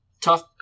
Tough